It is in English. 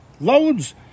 loads